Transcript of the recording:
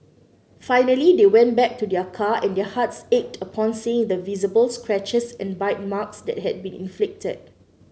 finally they went back to their car and their hearts ached upon seeing the visible scratches and bite marks that had been inflicted